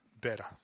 better